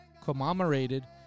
commemorated